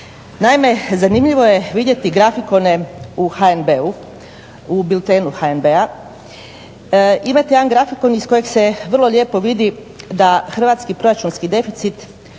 Naime, zanimljivo je vidjeti grafikone u biltenu HNB-a. Imate jedan grafikon iz kojeg se vrlo lijepo da hrvatski proračunski deficit